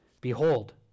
Behold